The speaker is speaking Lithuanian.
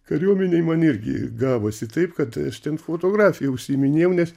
kariuomenėj man irgi gavosi taip kad aš ten fotografija užsiiminėjau nes